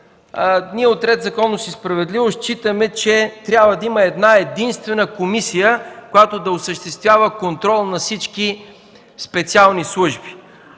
ние от „Ред, законност и справедливост” считаме, че трябва да има една-единствена комисия, която да осъществява контрол на всички специални служби.